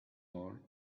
more